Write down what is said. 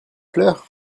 fleur